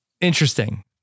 Interesting